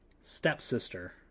stepsister